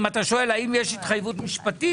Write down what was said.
אם אתה שואל האם יש התחייבות משפטית,